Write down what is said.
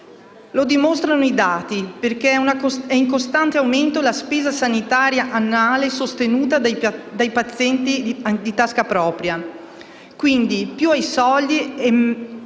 Lo dimostrano i dati, perché è in costante aumento la spesa sanitaria annuale sostenuta dai pazienti di tasca propria.